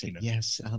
Yes